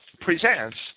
presents